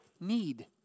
need